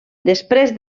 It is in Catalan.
després